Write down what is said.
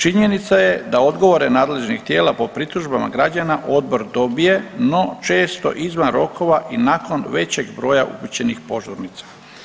Činjenica je da odgovore nadležnih tijela po pritužbama građana odbor dobije no često izvan rokova i nakon većeg broja upućenih požurnica.